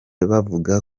bavuga